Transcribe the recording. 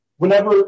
Whenever